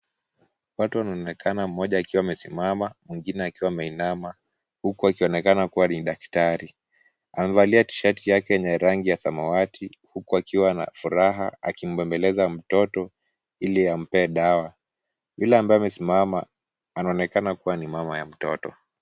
Watu wanaonekana mmoja akiwa amesimama, mwingine akiwa ameinama, huku akionekana kuwa ni daktari. Amevalia tishati yake yenye ni ya rangi ya samawati, huku akiwa na furaha akimbembeleza mtoto ili ampee dawa. Yule ambaye amesimama anaonekana kuwa ni mama ya mtoto.